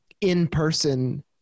in-person